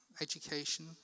Education